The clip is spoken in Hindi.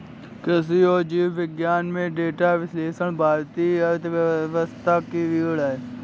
कृषि और जीव विज्ञान में डेटा विश्लेषण भारतीय अर्थव्यवस्था की रीढ़ है